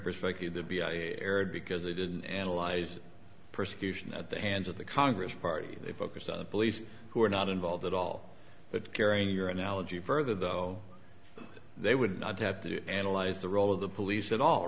perspective to be aired because they didn't analyze persecution at the hands of the congress party they focused on the police who were not involved at all but carrying your analogy further though they would not have to analyze the role of the police at all